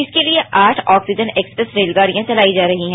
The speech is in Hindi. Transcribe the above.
इसके लिएआठ ऑक्सीजन एक्सप्रेस रेलगाड़ियां चलाई जा रही हैं